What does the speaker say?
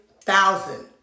thousand